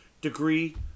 degree